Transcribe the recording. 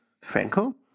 Franco